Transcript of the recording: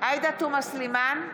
עאידה תומא סלימאן,